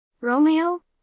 Romeo